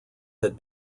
had